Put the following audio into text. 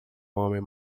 homem